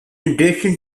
addition